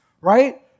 right